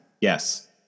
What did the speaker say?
Yes